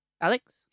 Alex